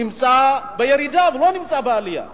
נמצא בירידה, לא בעלייה.